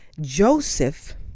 Joseph